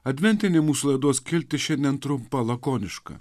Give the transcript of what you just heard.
adventinė mūsų laidos skiltis šiandien trumpa lakoniška